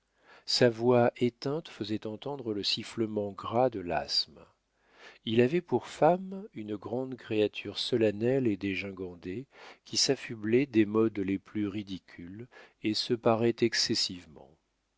sa voix éteinte faisait entendre le sifflement gras de l'asthme il avait pour femme une grande créature solennelle et dégingandée qui s'affublait des modes les plus ridicules et se parait excessivement